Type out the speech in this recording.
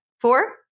Four